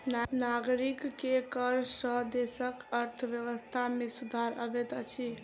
नागरिक के कर सॅ देसक अर्थव्यवस्था में सुधार अबैत अछि